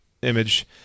image